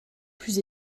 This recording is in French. plus